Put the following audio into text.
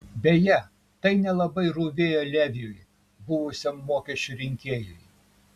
beje tai nelabai rūpėjo leviui buvusiam mokesčių rinkėjui